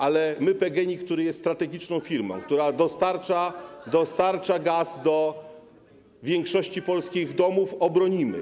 Ale my PGNiG, który jest strategiczną firmą, która dostarcza gaz do większości polskich domów, obronimy.